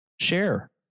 share